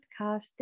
podcast